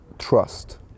trust